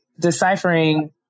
deciphering